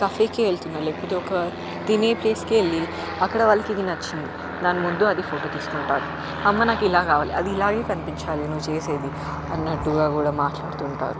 కఫేకి వెళుతున్నా లేకపోతే ఒక తినే ప్లేస్కి వెళ్ళి అక్కడ వాళ్ళకి ఇది నచ్చింది దాని ముందు అది ఫోటో తీసుకుంటారు అమ్మ నాకు ఇలా కావాలి అది ఇలాగే కనిపించాలి నువ్వు చేసేది అన్నట్టుగా కూడా మాట్లాడుతుంటారు